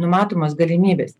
numatomos galimybės